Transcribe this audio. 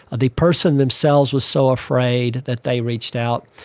ah the person themselves was so afraid that they reached out.